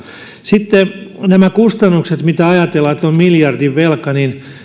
sitten nämä kustannukset kun ajatellaan että on miljardin velka